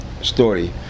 story